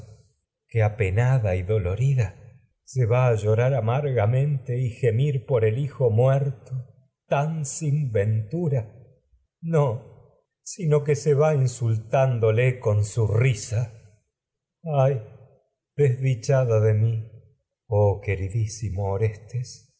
que y dolorida llorar amargamente gemir el hijo muerto tragedias de sofocles tan sin ventura no sino que se va insultándole con su risa ay desdichada de mi oh queridísimo orestes